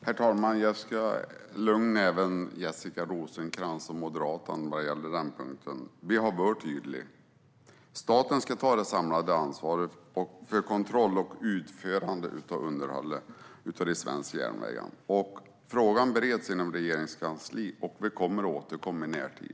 Herr talman! Jag ska lugna Jessica Rosencrantz och Moderaterna även på den punkten. Vi har varit tydliga. Staten ska ta det samlade ansvaret för kontroll och utförande av underhållet av de svenska järnvägarna. Frågan bereds inom Regeringskansliet, och vi kommer att återkomma i närtid.